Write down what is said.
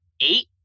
Eight